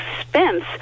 expense